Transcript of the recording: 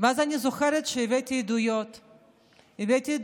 אני זוכרת שהבאתי עדויות מירושלים: